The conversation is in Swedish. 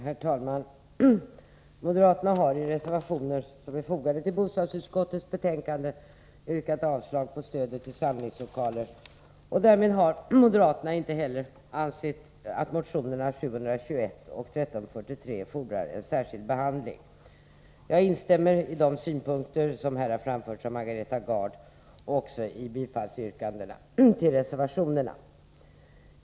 Herr talman! Moderaterna har i reservationer som är fogade till bostadsutskottets betänkande yrkat avslag på förslaget om stöd till samlingslokaler. Därmed har moderaterna inte heller ansett att motionerna 721 och 1343 fordrar någon särskild behandling. Jag instämmer i de synpunkter som framförts av Margareta Gard och också i yrkandena om bifall till reservationerna.